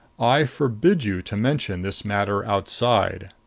i forbid you to mention this matter outside.